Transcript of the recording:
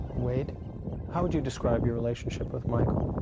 weird how would you describe your relationship with michael?